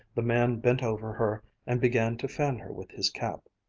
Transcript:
the man bent over her and began to fan her with his cap.